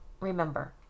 remember